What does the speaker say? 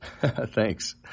Thanks